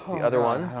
the other one,